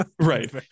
Right